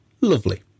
Lovely